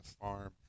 Farm